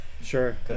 Sure